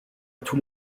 tous